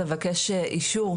ציבור,